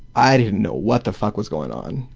i didn't know what the fuck was going on.